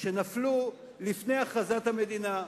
שנפלו לפני הכרזת המדינה.